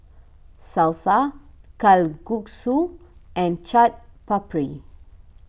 Salsa Kalguksu and Chaat Papri